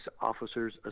Officers